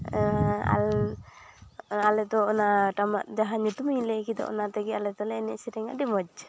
ᱟᱞᱮ ᱟᱞᱮ ᱫᱚ ᱚᱱᱟ ᱴᱟᱢᱟᱠ ᱡᱟᱦᱟᱸ ᱧᱩᱛᱩᱢᱤᱧ ᱞᱟᱹᱭ ᱠᱮᱫᱟ ᱚᱱᱟ ᱛᱮᱜᱮ ᱟᱞᱮ ᱫᱚᱞᱮ ᱮᱱᱮᱡ ᱥᱮᱨᱮᱧᱟ ᱟᱹᱰᱤ ᱢᱚᱡᱽ